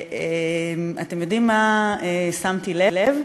ואתם יודעים מה שמתי לב?